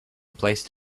placed